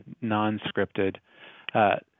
non-scripted